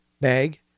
bag